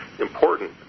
important